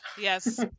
Yes